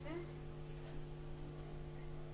התשפ"א-2020.